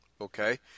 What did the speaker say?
Okay